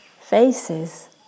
faces